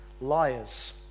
liars